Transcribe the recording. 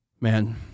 man